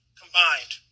combined